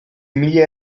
mila